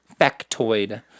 Factoid